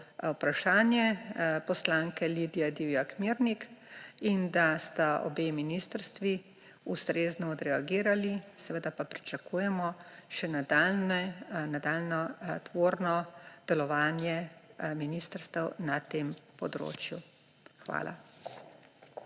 vprašanje poslanke Lidije Divjak Mirnik in da sta obe ministrstvi ustrezno odreagirali. Seveda pa pričakujemo še nadaljnje tvorno delovanje ministrstev na tem področju. Hvala.